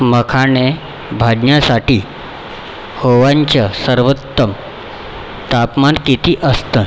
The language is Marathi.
मखाणे भाजण्यासाठी ओव्हनचं सर्वोत्तम तापमान किती असतं